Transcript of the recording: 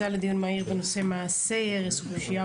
הצעה לדיון מהיר בנושא "מעשי הרס ופשיעה